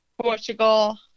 Portugal